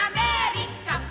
America